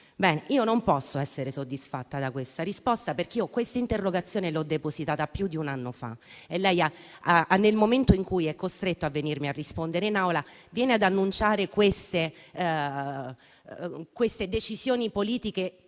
io non posso essere soddisfatta da questa risposta perché questa interrogazione l'ho depositata più di un anno fa e lei, nel momento in cui è costretto a venirmi a rispondere in Aula, viene ad annunciare decisioni politiche